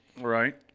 Right